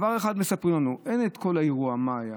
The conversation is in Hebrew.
דבר אחד מספרים לנו, אין את כל האירוע מה היה.